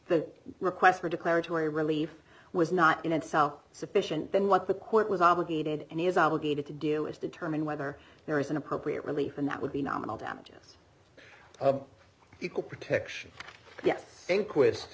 the request for declaratory relief was not in itself sufficient than what the court was obligated and is obligated to do is determine whether there is an appropriate relief and that would be nominal damages equal protection